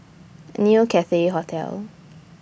New Cathay Hotel